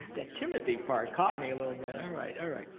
that timothy part caught me a little bit. all right, all right.